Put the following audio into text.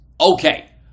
Okay